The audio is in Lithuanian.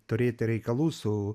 turėti reikalų su